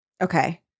Okay